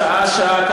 שעה-שעה,